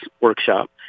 workshop